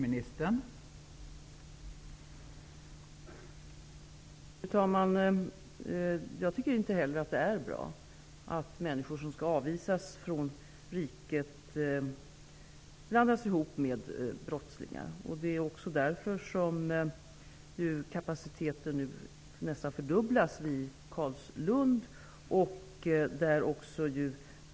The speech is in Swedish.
Fru talman! Inte heller jag tycker att det är bra att människor som skall avvisas från riket blandas med brottslingar. Det är också därför som kapaciteten nu nästan fördubblas vid Carlslund.